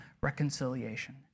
reconciliation